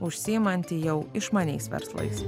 užsiimanti jau išmaniais verslais